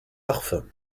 parfum